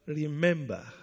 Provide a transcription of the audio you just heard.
remember